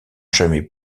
jamais